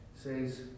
Says